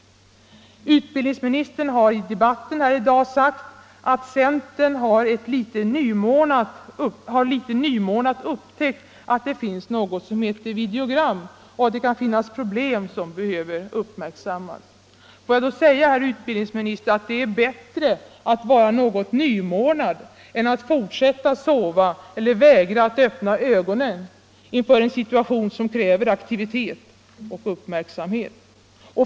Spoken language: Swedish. Utbildningsministern har i debatten i dag sagt att centern litet nymorgnat har upptäckt att det finns något som heter videogram och att det kan finnas problem som behöver uppmärksammas. Får jag då för det första säga, herr utbildningsminister, att det är bättre att vara något nymorgnad än att fortsätta att sova eller vägra att öppna ögonen inför en situation som kräver aktivitet och uppmärksamhet.